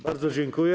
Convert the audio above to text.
Bardzo dziękuję.